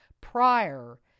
prior